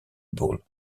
ball